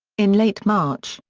in late march,